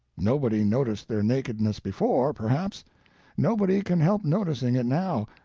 nobody noticed their nakedness before, perhaps nobody can help noticing it now,